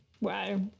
Wow